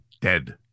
dead